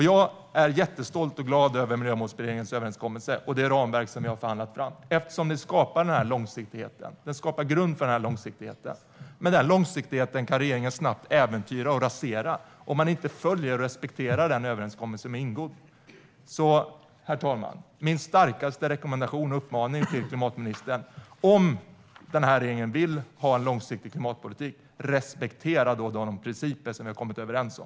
Jag är stolt och glad över Miljömålsberedningens överenskommelse och det ramverk som vi har förhandlat fram eftersom det skapar grund för långsiktighet. Men denna långsiktighet kan regeringen snabbt äventyra och rasera om man inte följer och respekterar den överenskommelse som har ingåtts. Herr talman! Om regeringen vill ha en långsiktig klimatpolitik är min starkaste rekommendation till klimatministern att respektera de principer som vi har kommit överens om.